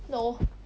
no